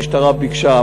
המשטרה ביקשה,